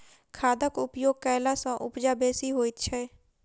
खादक उपयोग कयला सॅ उपजा बेसी होइत छै